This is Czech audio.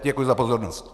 Děkuji za pozornost.